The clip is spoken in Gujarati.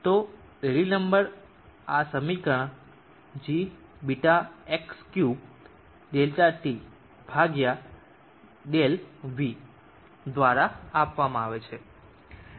તો રેલી નંબર આ સમીકરણ gβX3ΔT δυ દ્વારા આપવામાં આવે છે